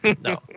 No